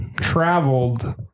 traveled